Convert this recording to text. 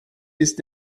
ist